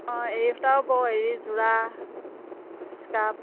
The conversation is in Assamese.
অঁ এৰী সূতাও বওঁ এৰী জোৰা স্কাৰ্ফ